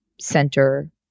center